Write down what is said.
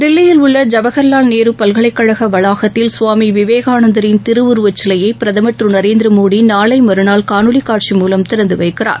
தில்லியில் உள்ள ஜவஹர்லால் நேரு பல்கலைக் கழக வளாகத்தில் சுவாமி விவேகானந்தரின் திருவுருவ சிலையை பிரதமர் திரு நரேந்திர மோடி நாளை மறுநாள் காணொலி காட்சி மூலம் திறந்து வைக்கிறார்